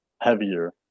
heavier